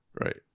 Right